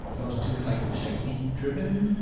i was too like technique-driven.